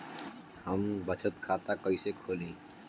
हम बचत खाता कइसे खोलीं?